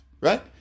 right